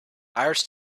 hires